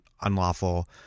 unlawful